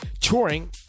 touring